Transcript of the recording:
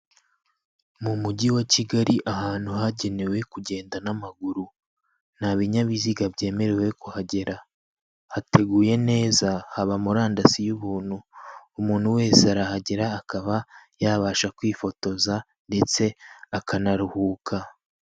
Mu mujyi wa Kigali ahantu hagenewe kugenda n'amaguru, ntabinyabiziga byemerewe kuhagera, hateguye neza haba murandasi y'ubuntu, umuntu wese arahagera akaba yabasha kwifotoza ndetse akanaruhuka.